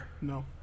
No